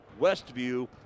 Westview